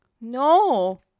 no